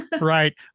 Right